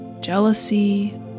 jealousy